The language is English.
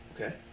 Okay